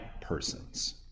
persons